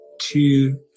two